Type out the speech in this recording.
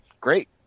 great